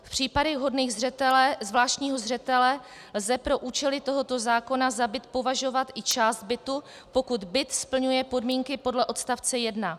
V případech hodných zvláštního zřetele lze pro účely tohoto zákona za byt považovat i část bytu, pokud byt splňuje podmínky podle odstavce 1.